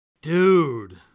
Dude